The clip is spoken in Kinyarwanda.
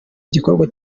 igikorwa